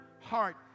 heart